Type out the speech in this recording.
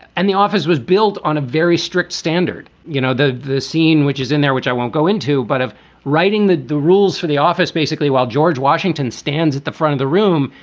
and the office was built on a very strict standard. you know, the the scene which is in there, which i won't go into, but of writing the the rules for the office, basically, while george washington stands at the front of the room.